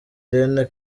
irene